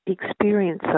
experience